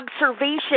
observation